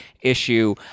issue